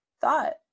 thought